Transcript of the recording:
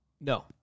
No